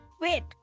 wait